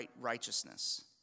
righteousness